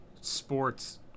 sports